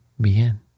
bien